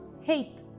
hate